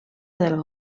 del